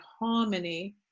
harmony